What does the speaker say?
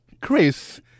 Chris